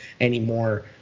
anymore